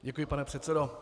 Děkuji, pane předsedo.